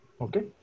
Okay